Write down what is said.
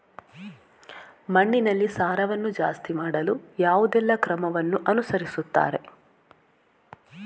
ಮಣ್ಣಿನಲ್ಲಿ ಸಾರವನ್ನು ಜಾಸ್ತಿ ಮಾಡಲು ಯಾವುದೆಲ್ಲ ಕ್ರಮವನ್ನು ಅನುಸರಿಸುತ್ತಾರೆ